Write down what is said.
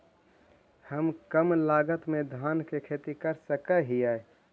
हम कम लागत में धान के खेती कर सकहिय?